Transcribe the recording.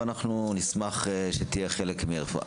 אנחנו נשמח שתהיה חלק מהרפואה.